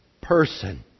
person